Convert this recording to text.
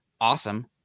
awesome